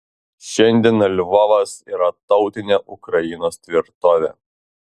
šiandien lvovas yra tautinė ukrainos tvirtovė